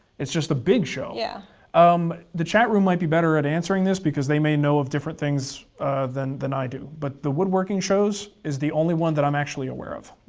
it's just a big show. yeah um the chat room might be better at answering this because they may know of different things than than i do, but the woodworking shows is the only one that i'm actually aware of.